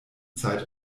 zeit